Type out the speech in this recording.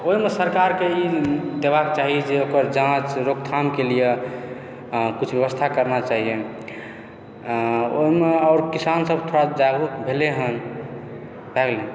तऽ ओहिमे सरकारके ई देबाक चाही जे ओकर जाँच रोकथामके लिए किछु व्यवस्था करना चाहिएन आ ओहिमे आओर किसानसभ थोड़ा जागरूक भेलय हन तैं